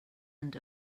and